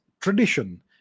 tradition